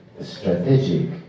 strategic